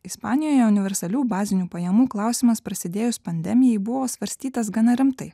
ispanijoje universalių bazinių pajamų klausimas prasidėjus pandemijai buvo svarstytas gana rimtai